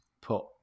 put